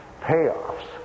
payoffs